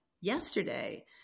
yesterday